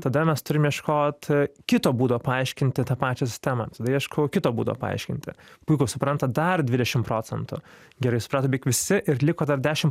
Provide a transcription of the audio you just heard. tada mes turim ieškot kito būdo paaiškinti tą pačią sistemą tada ieškau kito būdo paaiškinti puiku supranta dar dvidešim procentų gerai suprato beveik visi ir liko dar dešim